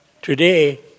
Today